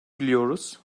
biliyoruz